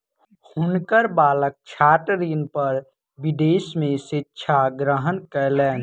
हुनकर बालक छात्र ऋण पर विदेश में शिक्षा ग्रहण कयलैन